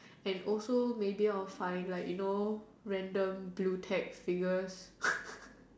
and also maybe I'll find like you know random blue tags figures